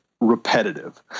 repetitive